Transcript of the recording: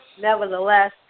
nevertheless